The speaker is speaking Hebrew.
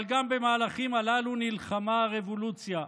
אבל גם במהלכים הללו נלחמה הרבולוציה.